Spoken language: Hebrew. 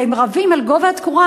והם רבים על גובה התקורה,